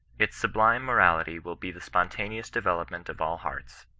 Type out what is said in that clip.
its sublime morality will be the spontaneous development of all hearts.